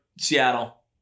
Seattle